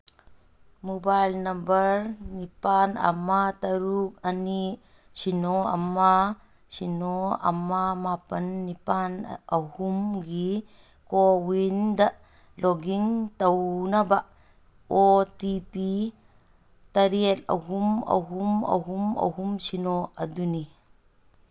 mobile number ꯅꯤꯄꯥꯟ ꯑꯃ ꯇꯔꯨꯛ ꯑꯅꯤ ꯁꯤꯅꯣ ꯑꯃ ꯁꯤꯅꯣ ꯑꯃ ꯃꯥꯄꯟ ꯅꯤꯄꯥꯟ ꯑꯍꯨꯝꯒꯤ ꯀꯣꯋꯤꯟꯗ ꯂꯣꯛ ꯏꯟ ꯇꯧꯅꯕ ꯑꯣ ꯇꯤ ꯄꯤ ꯇꯔꯦꯠ ꯑꯍꯨꯝ ꯑꯍꯨꯝ ꯑꯍꯨꯝ ꯑꯍꯨꯝ ꯁꯤꯅꯣ ꯑꯗꯨꯅꯤ